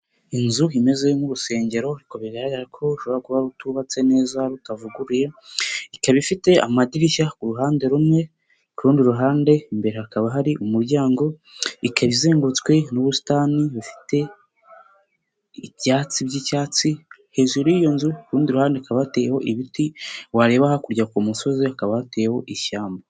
Inzu imeze nk'urusengero, ariko bigaragara ko rushobora kuba rutubatse neza rutavuguruye, ikaba ifite amadirishya ku kuruhande rumwe, ku rundi ruhande imbere hakaba hari umuryango, ikaba izengurutswe n'ubusitani bufite ibyatsi by'icyatsi, hejuru y'iyo nzu kurundi ruhande akaba hateyeho ibiti, wareba hakurya musozi ha akaba hateyeho ishyamba.